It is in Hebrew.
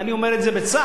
אני אומר את זה בצער,